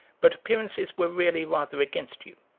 but appearances were really rather against you,